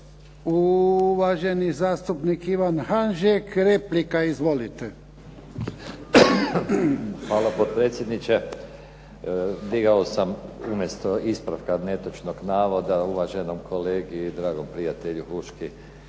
Uvaženi zastupnik Ivan Hanžek, replika. Izvolite. **Hanžek, Ivan (SDP)** Hvala potpredsjedniče. Digao sam umjesto ispravka netočnog navoda uvaženom kolegi i dragom prijatelju Huški